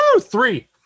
Three